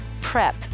PREP